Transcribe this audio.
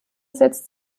setzt